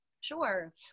Sure